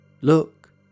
Look